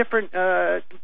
different